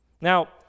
Now